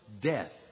death